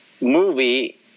movie